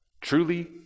truly